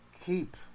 keep